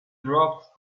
dropped